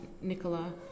nicola